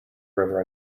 river